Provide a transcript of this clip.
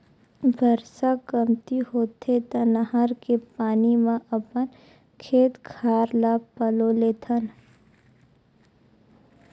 बरसा कमती होथे त नहर के पानी म अपन खेत खार ल पलो लेथन